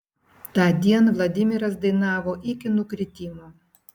tądien vladimiras dainavo iki nukritimo